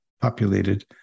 populated